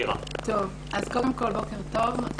קודם כול, בוקר טוב.